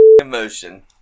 emotion